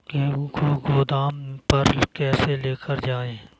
गेहूँ को गोदाम पर कैसे लेकर जाएँ?